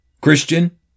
Christian